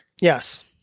Yes